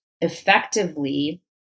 effectively